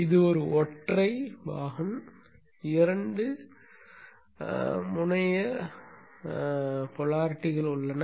இது ஒரு ஒற்றை கூறு இரண்டு முனைய கூறுகள் உள்ளன